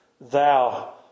thou